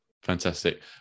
Fantastic